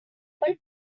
when